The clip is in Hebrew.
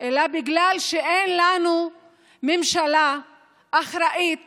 אלא בגלל שאין לנו ממשלה אחראית